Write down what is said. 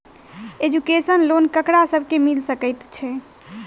Education loan ककरा सब केँ मिल सकैत छै?